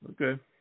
Okay